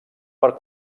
per